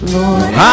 Lord